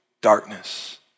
darkness